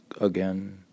again